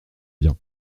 bien